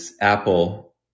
Apple